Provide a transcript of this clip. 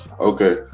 Okay